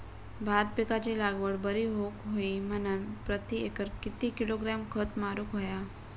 भात पिकाची लागवड बरी होऊक होई म्हणान प्रति एकर किती किलोग्रॅम खत मारुक होया?